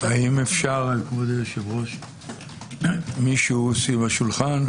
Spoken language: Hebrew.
האם אפשר מישהו סביב השולחן,